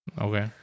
Okay